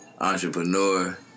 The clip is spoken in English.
entrepreneur